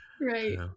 right